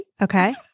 Okay